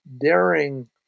daring